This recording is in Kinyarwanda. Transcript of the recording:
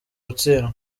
gutsindwa